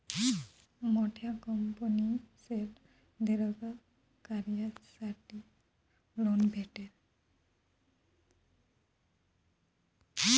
मोठा कंपनीसले दिर्घ कायसाठेच लोन भेटस